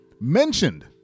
mentioned